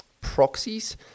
proxies